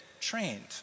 trained